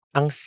Ang